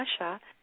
Russia